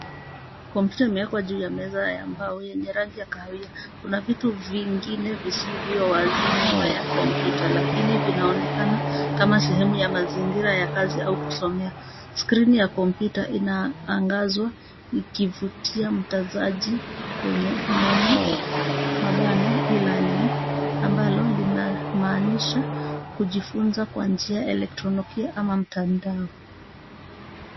Kompyuta imewekwa juu ya meza ya mbao yenye rangi ya kahawia. Kuna vitu vingine visivyo wazi nyuma ya kompyuta lakini vinaonekana kama sehemu ya mazingira ya kazi au kusomea. Skrini ya kompyuta imeangazwa ikivutia mtazaji kwenye neno E-learning ambalo linamaanisha kujifunza kwa njia ya elektronokia au mtandao.